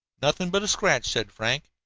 nothing but a scratch, said frank.